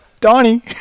Donnie